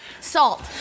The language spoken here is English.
Salt